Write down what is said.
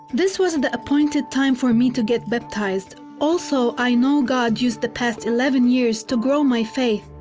this was the appointed time for me to get baptized. also, i know god used the past eleven years to grow my faith,